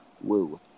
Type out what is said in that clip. woo